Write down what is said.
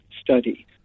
study